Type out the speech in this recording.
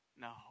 No